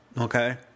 Okay